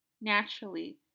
naturally